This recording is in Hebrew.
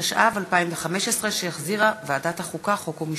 התשע"ו 2015, שהחזירה ועדת החוקה, חוק ומשפט.